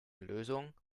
lösung